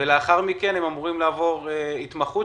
ולאחר מכן הם אמורים לעבור התמחות.